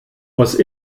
aus